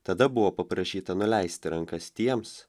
tada buvo paprašyta nuleisti rankas tiems